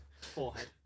forehead